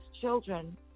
children